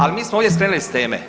Ali mi smo ovdje skrenuli s teme.